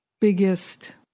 biggest